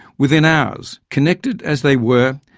within hours, connected as they were,